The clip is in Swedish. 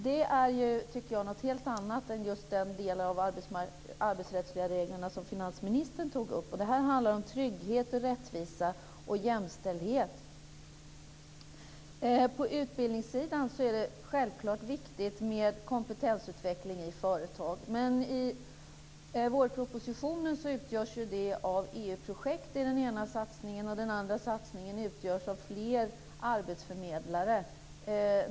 Det är, tycker jag, något helt annat än den del av de arbetsrättsliga reglerna som finansministern tog upp. Det handlar om trygghet, rättvisa och jämställdhet. På utbildningssidan är det självklart viktigt med kompetensutveckling i företag. Men i vårpropositionen utgörs ju det av EU-projekt. Det är den ena satsningen. Det andra satsningen utgörs av fler arbetsförmedlare.